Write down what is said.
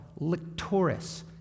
Lictoris